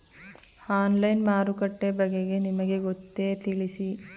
Online ಮಾರುಕಟ್ಟೆ ಬಗೆಗೆ ನಿಮಗೆ ಗೊತ್ತೇ? ತಿಳಿಸಿ?